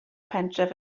pentref